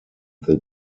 that